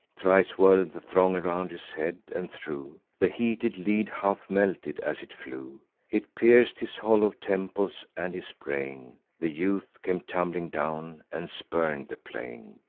thrice whirl'd the thong around his head, and threw the heated lead half melted as it flew it pierc'd his hollow temples and his brain the youth came tumbling down, and spurn'd the plain.